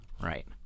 right